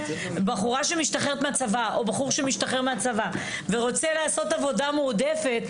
בחור או בחורה שמשתחררים מהצבא ורוצים לעשות עבודה מועדפת,